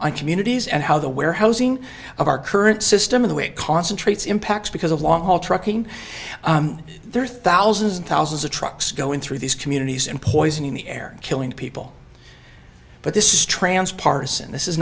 on communities and how the warehousing of our current system of the way it concentrates impacts because of long haul trucking there are thousands and thousands of trucks going through these communities and poisoning the air killing people but this is trance parson this is